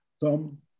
Tom